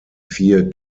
vier